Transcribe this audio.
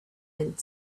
and